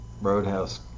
Roadhouse